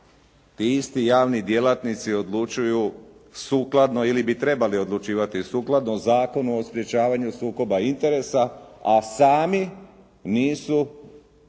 Ti isti javni djelatnici odlučuju sukladno ili bi trebali odlučivati sukladno Zakonu o sprječavanju sukoba interesa, a sami nisu